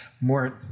more